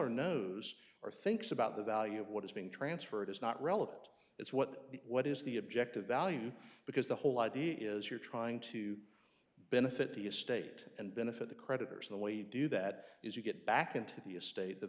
er knows or thinks about the value of what is being transferred is not relevant it's what the what is the objective value because the whole idea is you're trying to benefit the estate and benefit the creditors the way you do that is you get back into the estate the